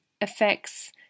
affects